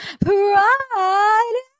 Pride